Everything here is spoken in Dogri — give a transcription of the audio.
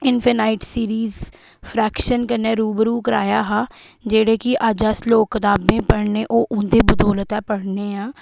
इंफैनाइट सिरिज फ्रैक्शन कन्नै रूबरू कराया हा जेह्ड़े कि अज्ज अस लोक कताबें पढ़ने ओह् उं'दी बदौलत ऐ पढ़ने आं